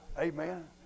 Amen